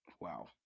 wow